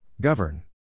Govern